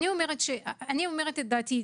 אני אומרת את דעתי,